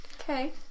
Okay